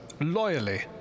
loyally